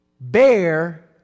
bear